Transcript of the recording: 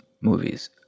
movies